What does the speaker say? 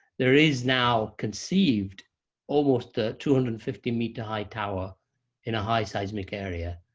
there is now conceived almost a two hundred and fifty meter high tower in a high seismic area.